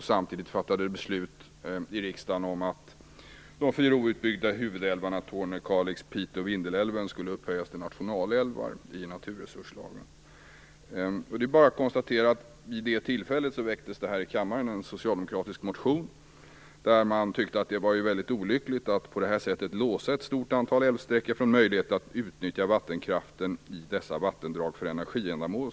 Samtidigt fattade vi beslut om att de fyra outbyggda huvudälvarna - Det är bara att konstatera att det då väcktes en socialdemokratisk motion. I motionen står det att det är "olyckligt att låsa ett stort antal älvsträckor från möjligheten att utnyttja vattenkraften i dessa vattendrag för energiändamål."